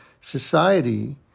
society